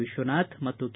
ವಿಕ್ವನಾಥ್ ಮತ್ತು ಕೆ